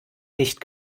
nicht